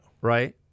right